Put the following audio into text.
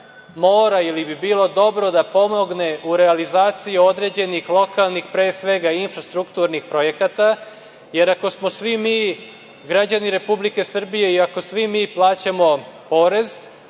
mora ili bi bilo dobro da pomogne u realizaciji određenih lokalnih pre svega i infrastrukturnih projekata jer ako smo svi mi građani Republike Srbije i ako svi mi plaćamo porez,